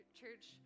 church